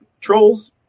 trolls